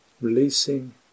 releasing